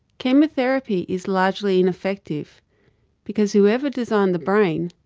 chemotherapy is largely ineffective because whoever designed the brain,